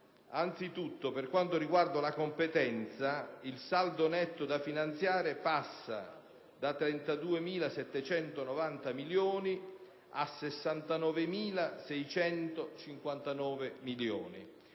Anzitutto, per quanto riguarda la competenza, il saldo netto da finanziare passa da 32.790 milioni a 69.659 milioni,